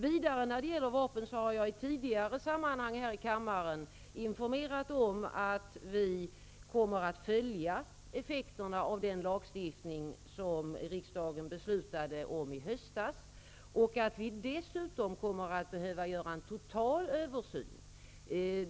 Vidare har jag i tidigare sammanhang här i kammaren informerat om att vi kommer att följa effekterna av den lagstiftning som riksdagen beslutade om i höstas. Dessutom kommer vi att behöva göra en total översyn.